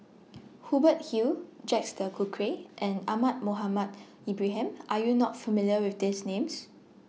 Hubert Hill Jacques De Coutre and Ahmad Mohamed Ibrahim Are YOU not familiar with These Names